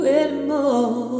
anymore